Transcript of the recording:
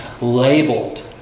labeled